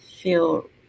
feel